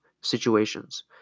situations